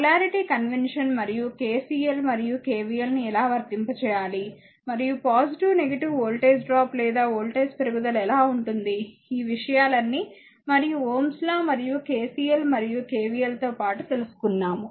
polarity convention మరియు KCL మరియు KVL ను ఎలా వర్తింపజేయాలి మరియు వోల్టేజ్ డ్రాప్ లేదా వోల్టేజ్ పెరుగుదల ఎలా ఉంటుంది ఈ విషయాలన్నీ మరియు Ωs లా మరియు KCL మరియు KVL లతో పాటు తెలుసుకున్నాము